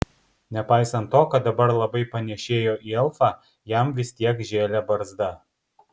nepaisant to kad dabar labai panėšėjo į elfą jam vis tiek žėlė barzda